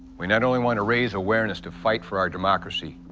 we not only want to raise awareness to fight for our democracy,